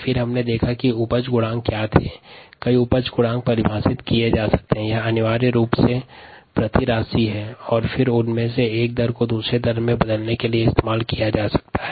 rpαrxβx उपज गुणांक क्रियाधार को एक दर से दूसरे दर में परिवर्तित किया जा सकता है